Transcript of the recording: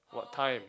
what time